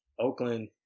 Oakland